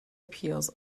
appeals